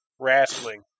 Wrestling